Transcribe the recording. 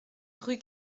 rue